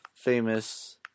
Famous